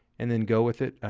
and then go with it.